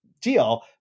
deal